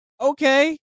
okay